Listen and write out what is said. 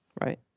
Right